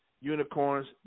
unicorns